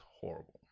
horrible